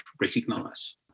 recognise